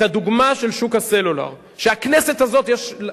את הדוגמה של שוק הסלולר שהכנסת הזאת עשתה,